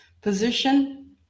position